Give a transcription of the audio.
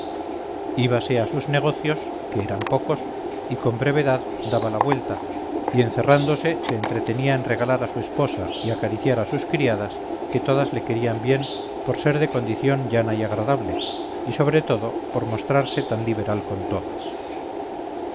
el negro íbase a sus negocios que eran pocos y con brevedad daba la vuelta y encerrándose se entretenía en regalar a su esposa y acariciar a sus criadas que todas le querían bien por ser de condición llana y agradable y sobre todo por mostrarse tan liberal con todas